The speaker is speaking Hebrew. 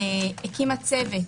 הקימה צוות